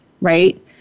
right